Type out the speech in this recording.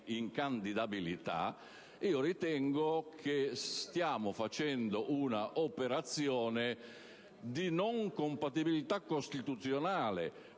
incandidabilità e io ritengo che stiamo facendo un'operazione non compatibile costituzionalmente,